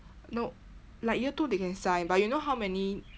no like year two they can sign but you know how many